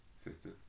Sister